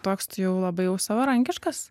toks tai jau labai jau savarankiškas